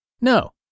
No